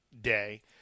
Day